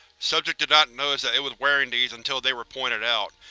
subject did not notice that it was wearing these until they were pointed out,